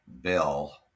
bill